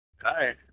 Hi